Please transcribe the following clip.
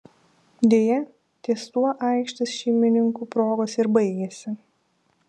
deja ties tuo aikštės šeimininkų progos ir baigėsi